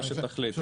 מה שתחליט,